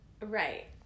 Right